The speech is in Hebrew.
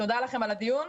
תודה לכן על הדיונים,